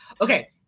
Okay